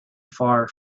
far